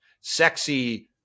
sexy